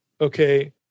Okay